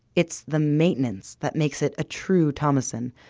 it's the maintenance that makes it a true thomasson.